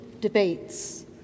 debates